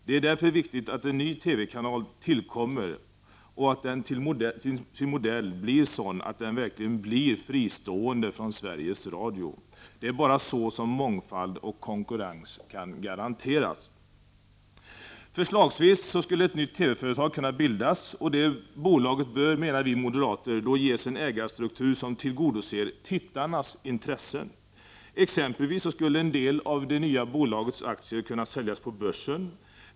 Det är därför väsentligt att en ny TV-kanal tillkommer som till sin modell blir sådan att den verkligen är fristående från Sveriges Radio. Det är bara på det sättet som mångfald och konkurrens kan garanteras. Förslagsvis skulle ett nytt TV-företag kunna bildas. Ett sådant bolag, menar vi moderater, bör få en ägarstruktur som tillgodoser tittarnas intressen. Exempelvis skulle en del av det nya bolagets aktier kunna säljas på börsen.